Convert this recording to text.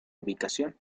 ubicación